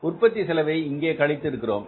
உற்பத்தி செலவை இங்கே கழித்து இருக்கிறோம்